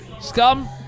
scum